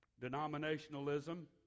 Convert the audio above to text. denominationalism